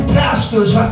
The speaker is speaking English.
pastors